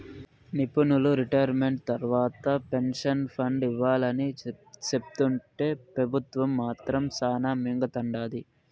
నిపునులు రిటైర్మెంట్ తర్వాత pension fund ఇవ్వాలని సెప్తుంటే పెబుత్వం మాత్రం శానా మింగతండాది